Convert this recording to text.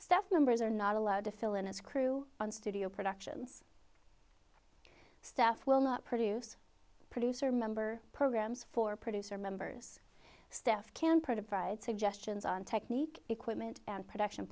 staff members are not allowed to fill in as crew on studio productions staff will not produce producer member programs for producer members staff can provide suggestions on technique equipment and production